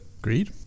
Agreed